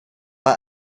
bei